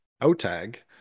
O-tag